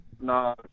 No